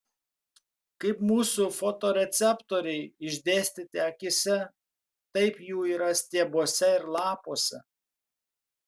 kaip mūsų fotoreceptoriai išdėstyti akyse taip jų yra stiebuose ir lapuose